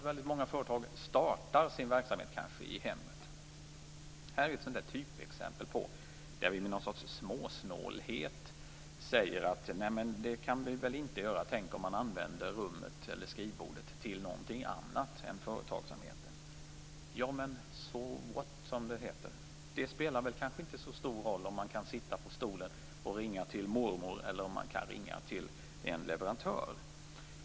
Väldigt många företag startar sin verksamhet i hemmet. Det är ett typexempel på ett slags småsnålhet när man säger: Nej, men så här kan vi inte göra. Tänk om man använder rummet eller skrivbordet till någonting annat än företagsamheten! Men som man brukar säga: So what? Det spelar kanske inte så stor roll om man från samma stol ringer både till mormor och till en leverantör.